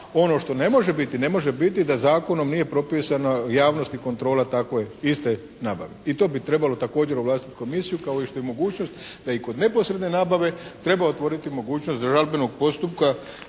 ono što ne može biti ne može biti da zakonom nije propisano javnost i kontrola takve iste nabave i to bi trebalo također oglasiti Komisiju kao što je i mogućnost da i kod neposredne nabave treba otvoriti mogućnost žalbenog postupka